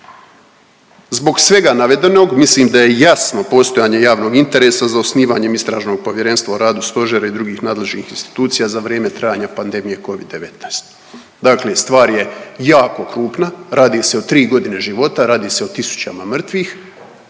Zbog svega navedenog mislim da je jasno postojanje javnog interesa za osnivanjem istražnog povjerenstva o radu stožera i drugih nadležnih institucija za vrijeme trajanja pandemije Covid-19. Dakle stvar je jako krupna, radi se o tri godine života, radi se o tisućama mrtvih,